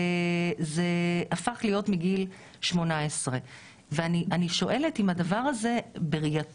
זה הפך להיות מגיל 18. ואני שואלת אם הדבר הזה בראייתך,